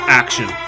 action